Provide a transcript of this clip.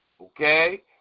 okay